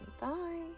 Bye